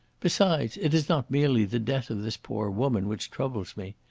besides, it is not merely the death of this poor woman which troubles me.